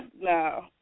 No